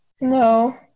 No